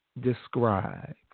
describe